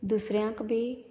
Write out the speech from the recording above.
दुसऱ्यांक बी